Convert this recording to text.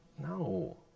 No